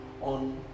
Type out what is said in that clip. on